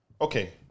Okay